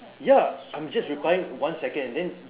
ya I'm just replying one second and then